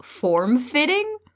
form-fitting